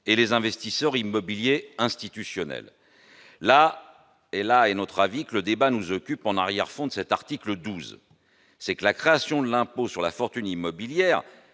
et les investisseurs immobiliers institutionnels. Là est, à notre avis, le débat qui nous occupe en arrière-plan de cet article 12. La création de l'impôt sur la fortune immobilière,